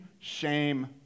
shame